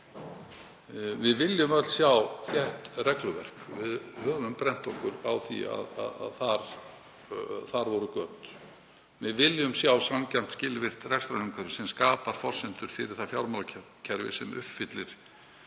Við viljum öll sjá þétt regluverk. Við höfum brennt okkur á því að þar voru göt. Við viljum sjá sanngjarnt, skilvirkt rekstrarumhverfi sem skapar forsendur fyrir fjármálakerfi sem uppfyllir